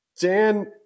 Dan